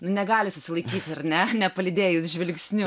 negali susilaikyti ar ne nepalydėjus žvilgsniu